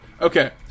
Okay